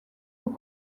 aux